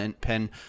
pen